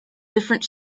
different